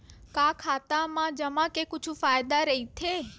का खाता मा जमा के कुछु फ़ायदा राइथे?